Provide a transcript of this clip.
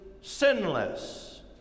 sinless